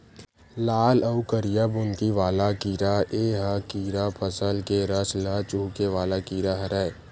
लाल अउ करिया बुंदकी वाला कीरा ए ह कीरा फसल के रस ल चूंहके वाला कीरा हरय